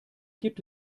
gibt